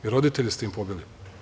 I roditelje ste im pobili.